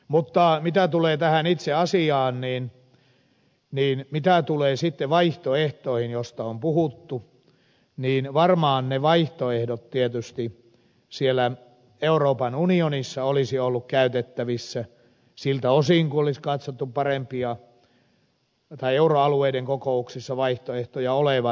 mutta mitä tulee tähän itse asiaan mitä tulee sitten vaihtoehtoihin joista on puhuttu niin varmaan ne vaihtoehdot tietysti siellä euroopan unionissa olisivat olleet käytettävissä siltä osin kuin olisi katsottu euroalueiden kokouksessa vaihtoehtoja olevan